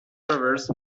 travels